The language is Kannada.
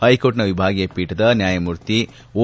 ಹೈಕೋರ್ಟ್ ನ ವಿಭಾಗೀಯ ಪೀಠದ ನ್ಯಾಯಮೂರ್ತಿ ಓ